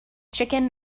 chicken